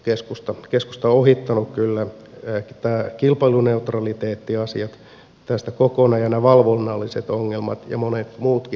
keskusta on ohittanut kyllä nämä kilpailuneutraliteettiasiat tästä kokonaan ja nämä valvonnalliset ongelmat ja monet muutkin